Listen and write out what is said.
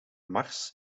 mars